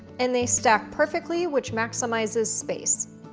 and they stack perfectly, which maximizes space.